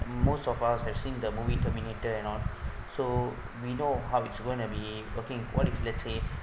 most of us have seen the movie terminator and all so we know how it's going to be working what if let's say